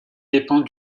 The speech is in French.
dépend